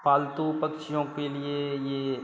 पालतू पक्षियों के लिए यह